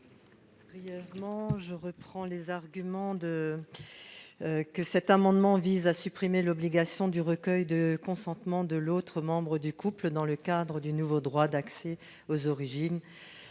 Mme Patricia Schillinger. Cet amendement vise à supprimer l'obligation du recueil de consentement de l'autre membre du couple dans le cadre du nouveau droit d'accès aux origines.